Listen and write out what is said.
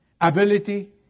ability